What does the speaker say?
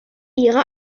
ihre